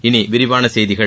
இனி விரிவான செய்திகள்